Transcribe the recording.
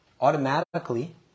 automatically